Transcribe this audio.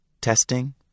testing